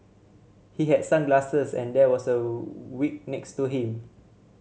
he had sunglasses and there was a wig next to him